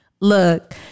look